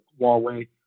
Huawei